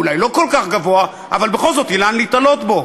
אולי לא כל כך גבוה אבל בכל זאת אילן להיתלות בו,